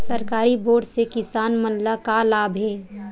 सरकारी बोर से किसान मन ला का लाभ हे?